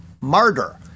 martyr